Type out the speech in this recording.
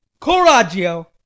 coraggio